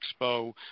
Expo